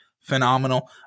phenomenal